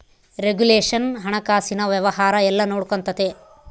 regulation ಹಣಕಾಸಿನ ವ್ಯವಹಾರ ಎಲ್ಲ ನೊಡ್ಕೆಂತತೆ